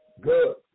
good